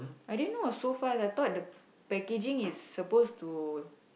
I didn't know was so fast I thought the packaging is supposed to